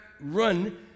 run